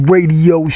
Radio